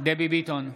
דבי ביטון,